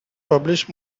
publish